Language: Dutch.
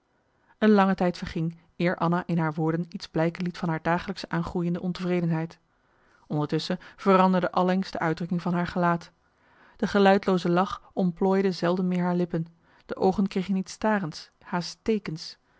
een lange tijd verging eer anna in haar woorden iets blijken liet van haar dagelijks aangroeiende ontevredenheid ondertusschen veranderde allengs de uitdrukking van haar gelaat de geluidlooze lach omplooide zelden meer haar lippen de oogen kregen iets starends haast